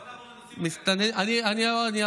בוא נעבור לנושאים אחרים, אני אעבור.